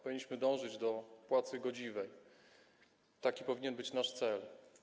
Powinniśmy dążyć do płacy godziwej, taki powinien być nasz cel.